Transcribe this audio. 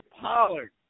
Pollard